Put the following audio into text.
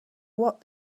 what